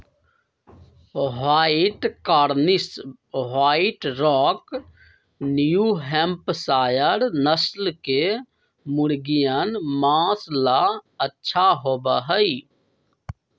white Cornish, white rock, New Hampshire नस्ल के मुर्गियन माँस ला अच्छा होबा हई